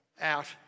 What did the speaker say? out